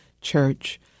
Church